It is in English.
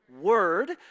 Word